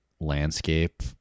landscape